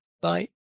bye